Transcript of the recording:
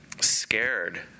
scared